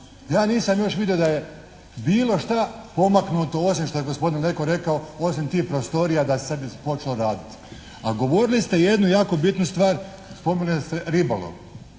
Ja nisam još vidio da je bilo šta pomaknuto, osim šta je gospodin Leko rekao osim tih prostorija da se počelo raditi. A govorili ste jednu jako bitnu stvar. Spominjali ste ribolov,